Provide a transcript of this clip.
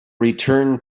return